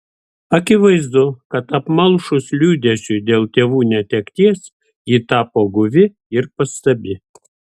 akivaizdu kad apmalšus liūdesiui dėl tėvų netekties ji tapo guvi ir pastabi